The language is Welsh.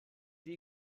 ydy